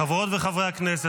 חברות וחברי הכנסת,